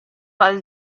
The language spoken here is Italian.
val